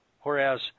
whereas